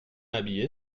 habillé